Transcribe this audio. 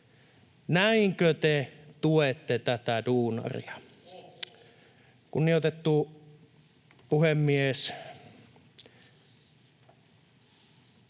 Näinkö te tuette tätä duunaria? Kunnioitettu puhemies!